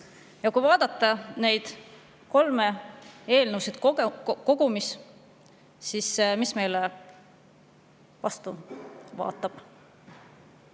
vaadata neid kolme eelnõu kogumis, siis mis meile vastu vaatab?